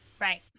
Right